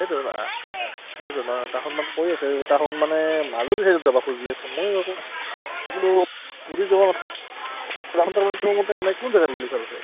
সেইটো সেইটো নহয় তাহোঁন মানে কৈ আছে তাহোঁন মানে মাজুলী ছাইডত যাব খুজি আছে মই আকৌ ক'লোঁ পুৰী যোৱা এনে কোন জেগাত গ'লে ভাল হয়